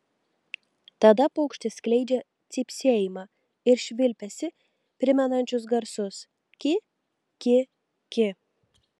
tada paukštis skleidžia cypsėjimą ir švilpesį primenančius garsus ki ki ki